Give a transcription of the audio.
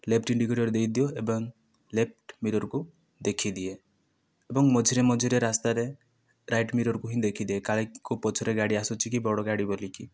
left indicator ଦେଇଦିଅ ଏବଂ left ମିରର୍କୁ ଦେଖିଦିଏ ଏବଂ ମଝିରେ ମଝିରେ ରାସ୍ତାରେ ରାଇଟ୍ ମିରର୍କୁ ହିଁ ଦେଖିଦିଏ କାଳେ କେଉଁ ପଛରେ ଗାଡ଼ି ଆସୁଛି କି ବଡ଼ ଗାଡ଼ି ବୋଲି କି